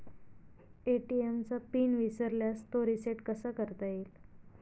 ATM चा pin विसरल्यास तो रिसेट कसा करता येईल?